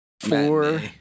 four